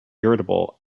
irritable